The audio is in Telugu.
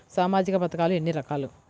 సామాజిక పథకాలు ఎన్ని రకాలు?